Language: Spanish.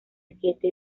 siete